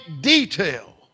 detail